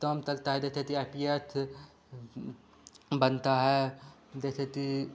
ताम तलता है दैथे ति आई पी एथ बनता है दैसे ति